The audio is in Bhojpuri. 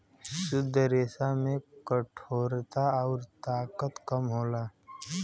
शुद्ध रेसा में कठोरता आउर ताकत कम हो जाला